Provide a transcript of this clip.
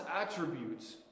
attributes